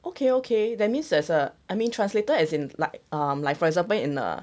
okay okay that means there's a I mean translator as in like um like for example in a